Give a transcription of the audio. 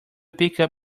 pickup